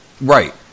Right